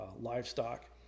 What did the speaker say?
livestock